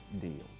deals